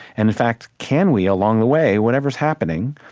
and in fact, can we, along the way, whatever's happening,